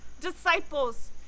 disciples